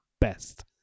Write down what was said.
best